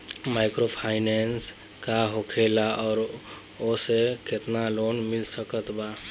Microfinance का होखेला और ओसे केतना लोन मिल सकत बा?